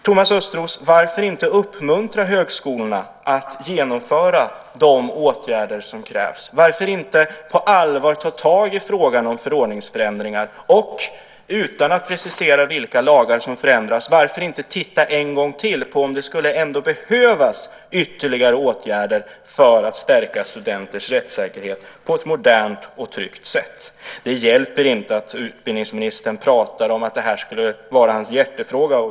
Varför inte, Thomas Östros, uppmuntra högskolorna att genomföra de åtgärder som krävs? Varför inte på allvar ta tag i frågan om förordningsförändringar? Varför inte, utan att precisera vilka lagar som bör förändras, titta en gång om det ändå inte skulle behövas ytterligare åtgärder för att stärka studenternas rättssäkerhet på ett modernt och tryggt sätt? Det hjälper inte att utbildningsministern pratar om att det här skulle vara en hjärtefråga.